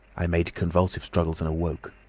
i made convulsive struggles and awoke.